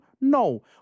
No